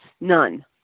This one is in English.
None